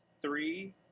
three